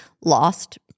Lost